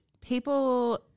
people